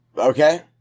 Okay